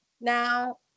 now